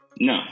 no